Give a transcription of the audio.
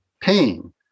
pain